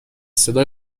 صدای